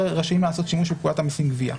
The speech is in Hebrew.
רשאים לעשות שימוש בפקודת המסים (גבייה)